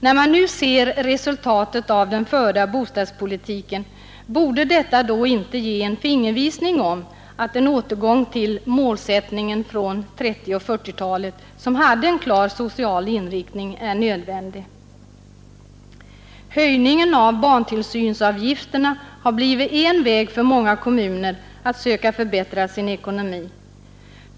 När man nu ser resultatet av den förda bostadspolitiken, borde detta inte ge en fingervisning om att en återgång till målsättningen från 1930 och 1940-talen, vilken hade en klar social inriktning, är nödvändig? Höjningen av barntillsynsavgifterna har blivit en väg för många kommuner att söka förbättra sin ekonomi.